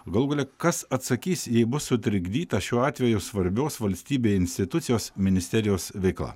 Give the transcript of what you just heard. galų gale kas atsakys jei bus sutrikdytas šiuo atveju svarbios valstybei institucijos ministerijos veikla